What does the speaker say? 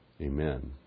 Amen